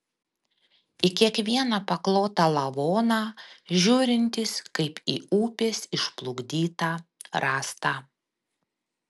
į kiekvieną paklotą lavoną žiūrintis kaip į upės išplukdytą rąstą